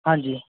ਹਾਂਜੀ